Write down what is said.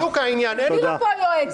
תודה רבה.